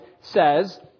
says